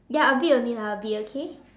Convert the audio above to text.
ya a bit only lah a bit okay